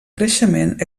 creixement